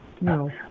no